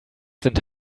sind